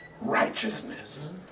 Righteousness